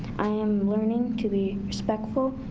i am learning to be respectful,